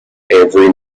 every